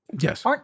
Yes